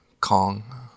Kong